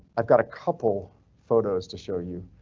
i've got a couple photos to show you.